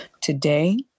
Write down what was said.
Today